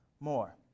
more